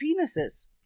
penises